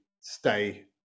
stay